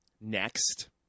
next